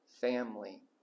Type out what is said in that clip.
family